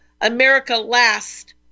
America-last